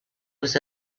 was